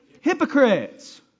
Hypocrites